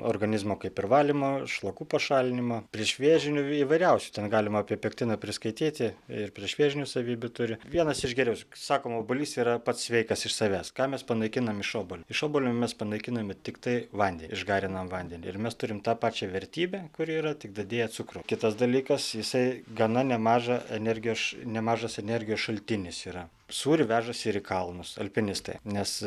organizmo kaip ir valymo šlakų pašalinimo priešvėžinių įvairiausių ten galima apie pektiną priskaityti ir priešvėžinių savybių turi vienas iš geriaus sakoma obuolys yra pats sveikas iš savęs ką mes panaikinam iš obuolio iš obuolio mes panaikiname tiktai vandenį išgarinam vandenį ir mes turim tą pačią vertybę kuri yra tik dadėję cukrų kitas dalykas jisai gana nemažą energijos š nemažas energijos šaltinis yra sūrį vežas ir į kalnus alpinistai nes